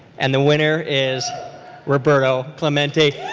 and the winner is roberto clemente.